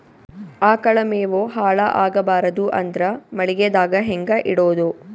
ಆಕಳ ಮೆವೊ ಹಾಳ ಆಗಬಾರದು ಅಂದ್ರ ಮಳಿಗೆದಾಗ ಹೆಂಗ ಇಡೊದೊ?